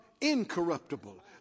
incorruptible